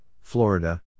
Florida